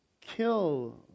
kill